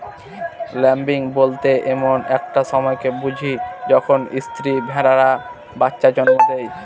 lambing বলতে এমন একটা সময়কে বুঝি যখন স্ত্রী ভেড়ারা বাচ্চা জন্ম দেয়